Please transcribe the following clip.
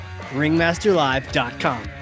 Ringmasterlive.com